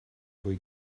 fwy